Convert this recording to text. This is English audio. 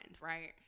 right